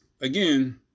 again